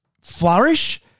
flourish